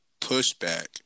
pushback